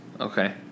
Okay